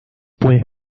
puede